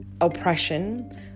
oppression